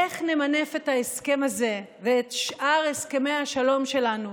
איך נמנף את ההסכם הזה ואת שאר הסכמי השלום שלנו,